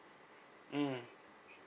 mm